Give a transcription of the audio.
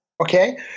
Okay